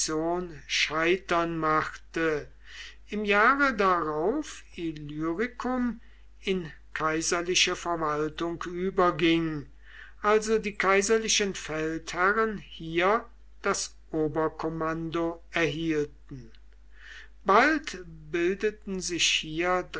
scheitern machte im jahre darauf illyricum in kaiserliche verwaltung überging also die kaiserlichen feldherren hier das oberkommando erhielten bald bildeten sich hier